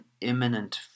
imminent